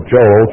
Joel